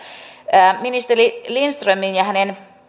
ministeri lindströmin ja hänen